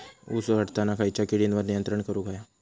ऊस वाढताना खयच्या किडींवर नियंत्रण करुक व्हया?